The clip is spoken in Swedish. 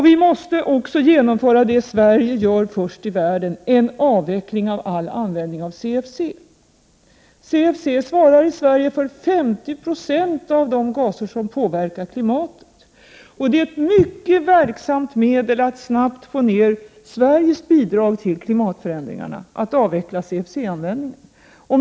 Vi måste genomföra det Sverige gör först i världen, en avveckling av all användning av CFC. CFC-användningen svarar för 50 96 av de gaser som påverkar klimatet. Det är ett mycket verksamt medel att snabbt få ner Sveriges bidrag till klimatförändringarna att avveckla CFC-användningen.